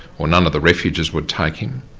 or none of the refuges would take him.